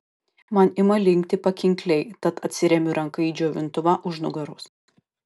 man ima linkti pakinkliai tad atsiremiu ranka į džiovintuvą už nugaros